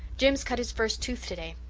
jims cut his first tooth today.